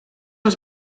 els